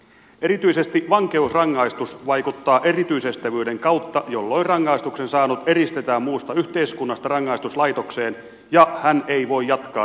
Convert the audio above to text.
erityisesti vankeusrangaistus vaikuttaa erityisestävyyden kautta jolloin rangaistuksen saanut eristetään muusta yhteiskunnasta rangaistuslaitokseen ja hän ei voi jatkaa rikollista toimintaansa